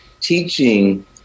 teaching